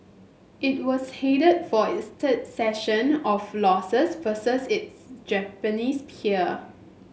it was headed for its third session of losses versus its Japanese peer